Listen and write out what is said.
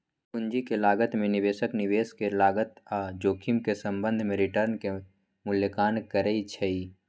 पूंजी के लागत में निवेशक निवेश के लागत आऽ जोखिम के संबंध में रिटर्न के मूल्यांकन करइ छइ